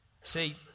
See